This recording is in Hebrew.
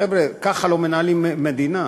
חבר'ה, ככה לא מנהלים מדינה,